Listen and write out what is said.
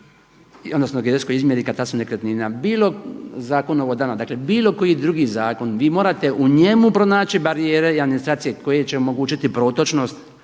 odnosno geodetskoj izmjeri i katastru nekretnina, bilo zakon o vodama, dakle bilo koji drugi zakon, vi morate u njemu pronaći barijere administracije koje će omogućiti protočnost